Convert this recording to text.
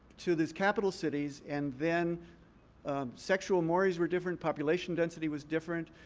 to these capital cities. and then sexual mores were different. population density was different.